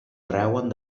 treuen